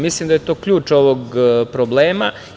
Mislim da je to ključ ovog problema.